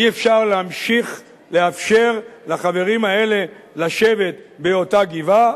אי-אפשר להמשיך לאפשר לחברים האלה לשבת באותה גבעה,